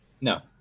no